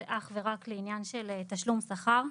זה אך ורק ולעניין של תשלום שכר.